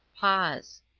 pause.